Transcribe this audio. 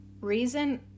Reason